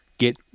get